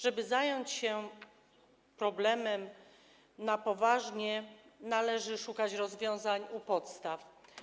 Żeby zająć się problemem na poważnie, należy szukać rozwiązań u podstaw.